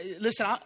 Listen